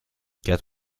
get